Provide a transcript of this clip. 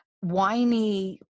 whiny